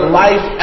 life